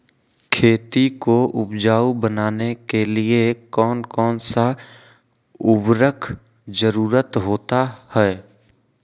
खेती को उपजाऊ बनाने के लिए कौन कौन सा उर्वरक जरुरत होता हैं?